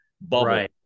bubble